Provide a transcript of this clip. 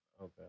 Okay